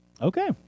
Okay